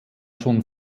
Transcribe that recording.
schon